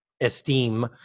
esteem